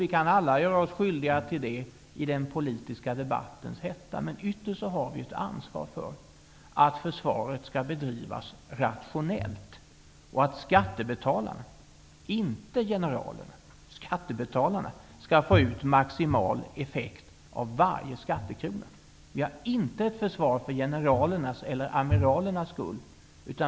Vi kan alla göra oss skyldiga till sådana i den politiska debattens hetta. Men ytterst har vi ett ansvar för att försvaret bedrivs rationellt och att skattebetalarna -- inte generalerna -- får ut maximal effekt av varje skattekrona. Vi har inte ett försvar för generalernas eller amiralernas skull.